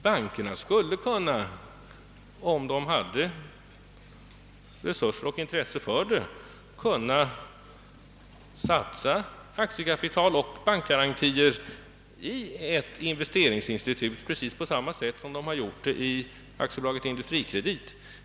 Bankerna skulle, om de hade resurser och intresse för det, kunna satsa aktiekapital och bankgarantier i ett investeringsinstitut på precis samma sätt som de gjort i AB Industrikredit.